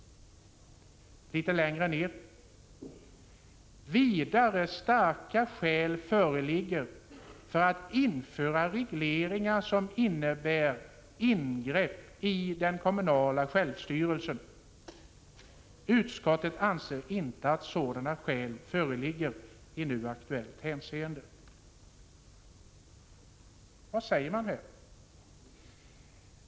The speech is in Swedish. —- bör vidare starka skäl föreligga för att införa regleringar som innebär ingrepp i den kommunala självstyrelsen. Utskottet anser inte att sådana skäl föreligger i nu aktuellt hänseende.” Vad säger man här?